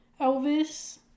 Elvis